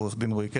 עו"ד רועי קרת,